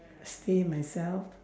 stay myself